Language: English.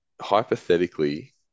hypothetically